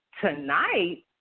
Tonight